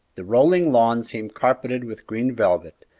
the rolling lawn seemed carpeted with green velvet,